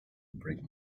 break